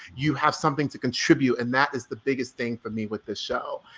you have something to contribute, and that is the biggest thing for me with the show.